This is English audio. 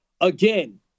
again